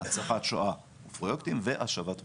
הצפת שואה ופרויקטים והשבת רכוש,